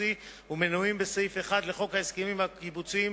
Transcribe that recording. קיבוצי ומנויים בסעיף 1 לחוק הסכמים קיבוציים,